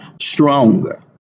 stronger